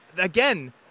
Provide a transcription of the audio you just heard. again